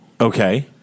Okay